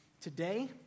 today